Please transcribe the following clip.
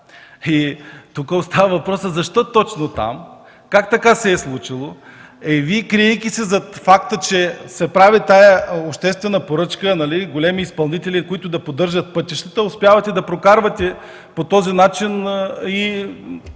Тук остава въпросът: защо точно там, как така се е случило? Вие, криейки се зад факта, че се прави тази обществена поръчка – големи изпълнители, които да поддържат пътищата, успявате да осигурите пари и на свои